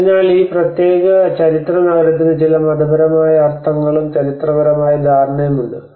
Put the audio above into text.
അതിനാൽ ഈ പ്രത്യേക ചരിത്രനഗരത്തിന് ചില മതപരമായ അർത്ഥങ്ങളും ചരിത്രപരമായ ധാരണയുമുണ്ട്